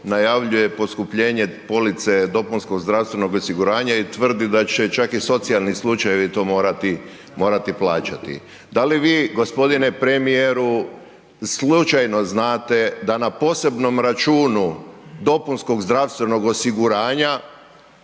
najavljuje poskupljenje police dopunskog zdravstvenog osiguranja i tvrdi da će čak i socijalni slučajevi to morati plaćati. Da li vi gospodine premijeru slučajno znate da na posebnom računu dopunskog zdravstvenog osiguranja